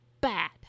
bad